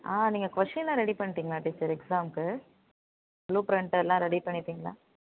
ஆ நீங்கள் கொஷின் எல்லாம் ரெடி பண்ணிவிட்டிங்களா டீச்சர் எக்ஸாம்க்கு ப்ளூ ப்ரிண்ட்டெல்லாம் ரெடி பண்ணிவிட்டிங்களா